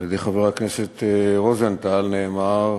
מפי חבר הכנסת רוזנטל נאמר,